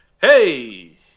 Hey